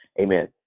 Amen